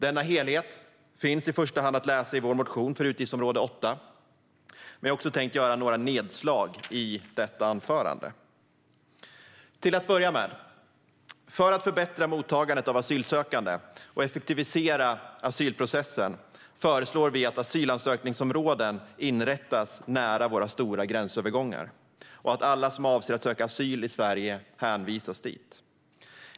Denna helhet finns i första hand att läsa i vår motion för utgiftsområde 8, men jag tänker också göra några nedslag i detta anförande. Till att börja med: För att förbättra mottagandet av asylsökande och effektivisera asylprocessen föreslår vi att asylansökningsområden inrättas nära våra stora gränsövergångar och att alla som avser att söka asyl i Sverige hänvisas dit.